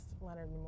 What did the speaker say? Leonard